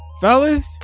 fellas